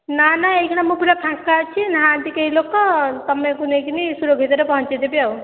ନା ନା ଏଇକ୍ଷିଣା ମୁଁ ପୁରା ଫାଙ୍କା ଅଛି ନାହାନ୍ତି କେହି ଲୋକ ତୁମକୁ ନେଇକି ସୁରକ୍ଷିତରେ ପହଞ୍ଚାଇ ଦେବି ଆଉ